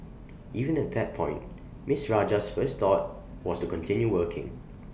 even at that point miss Rajah's first thought was to continue working